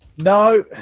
No